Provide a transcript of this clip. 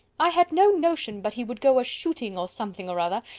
i had no notion but he would go a-shooting, or something or other,